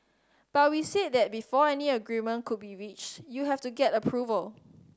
but we said that before any agreement could be reached you have to get approval